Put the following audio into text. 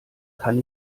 kann